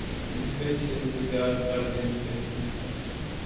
लिखै छियै जे आजका दिन कैसन छै